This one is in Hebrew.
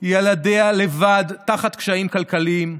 ילדיה לבד תחת קשיים כלכליים.